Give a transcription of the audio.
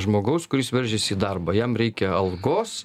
žmogaus kuris veržiasi į darbą jam reikia algos